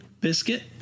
biscuit